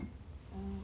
oh